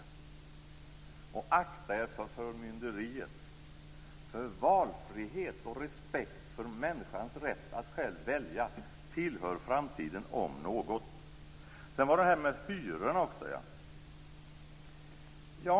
Akta er för förmynderiet, för valfrihet och respekt för människans rätt att själv välja tillhör om något framtiden. Sedan var det hyrorna.